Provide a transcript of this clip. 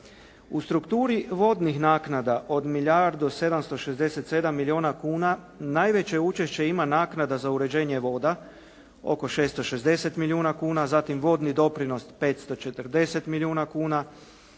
U strukturi vodnih naknada od milijardu 767 milijuna kuna najveće učešće ima naknada za uređenje voda oko 660 milijuna kuna, zatim vodni doprinos 540 milijuna kuna,